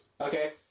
Okay